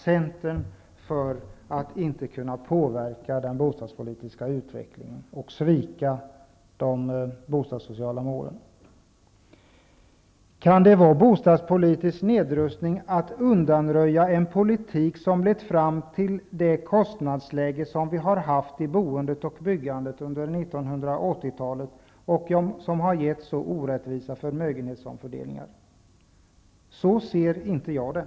Centern för att inte kunna påverka den bostadspolitiska utvecklingen och att svika de bostadssociala målen. Är det bostadspolitisk nedrustning när man undanröjer en politik som lett fram till det kostnadsläge som vi har haft i boendet och byggandet under 1980-talet och som har gett så orättvisa förmögenhetsomfördelningar? Så ser inte jag det.